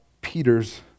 peter's